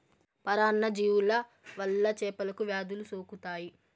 పరాన్న జీవుల వల్ల చేపలకు వ్యాధులు సోకుతాయి